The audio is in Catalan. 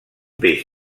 peix